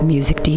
Music